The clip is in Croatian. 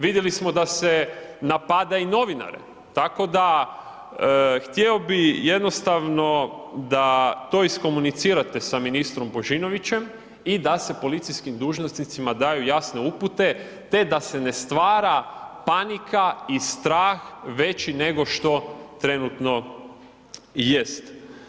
Vidjeli smo da se napada i novinare, tako da htio bih da jednostavno to iskomunicirate sa ministrom Božinovićem i da se policijskim dužnosnicima daju jasne upute, te da se ne stvara panika i strah veći nego što trenutno jest.